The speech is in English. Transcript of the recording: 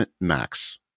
Max